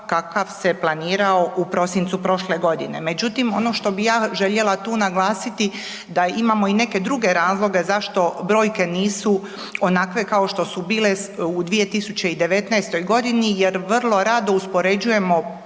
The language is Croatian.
kakav se planirao u prosincu prošle godine. Međutim, ono što bih ja željela tu naglasiti da imamo i neke druge razloge zašto brojke nisu onakve kao što su bile u 2019. godini jer vrlo rado uspoređujemo